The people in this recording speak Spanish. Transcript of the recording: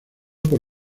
por